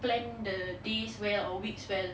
plan the days where a weeks well